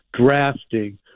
drafting